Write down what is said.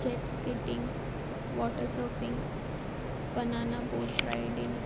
jet skiing water surfing banana boat riding